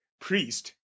priest